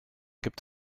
gibt